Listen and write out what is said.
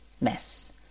mess